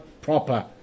proper